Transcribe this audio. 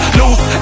loose